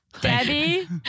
Debbie